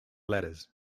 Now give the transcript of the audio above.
letters